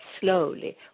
slowly